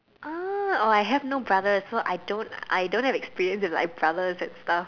ah oh I have no brothers so I don't I don't have like experience with like brothers and stuff